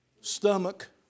stomach